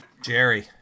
Jerry